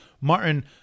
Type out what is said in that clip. Martin